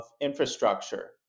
infrastructure